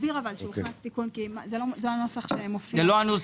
תסביר שהוכנס תיקון, זה לא הנוסח שמופיע.